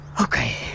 Okay